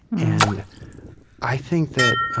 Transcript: and i think that